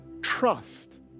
trust